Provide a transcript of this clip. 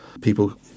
people